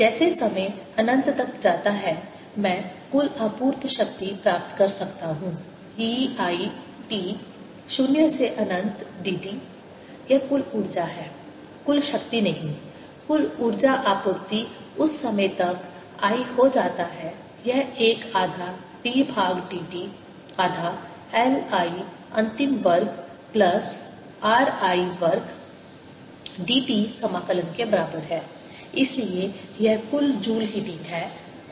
जैसे समय अनंत तक जाता है मैं कुल आपूर्त शक्ति प्राप्त कर सकता हूं E I t 0 से अनंत dt यह कुल ऊर्जा है कुल शक्ति नहीं कुल ऊर्जा आपूर्ति उस समय तक I हो जाता है यह 1 आधा d भाग dt आधा L I अंतिम वर्ग प्लस R I वर्ग dt समाकलन के बराबर है इसलिए यह कुल जूल हीटिंग है कुल उत्पादित ताप है